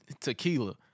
tequila